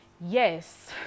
yes